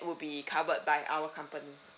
will be covered by our company